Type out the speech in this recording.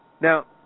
Now